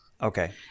Okay